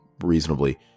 reasonably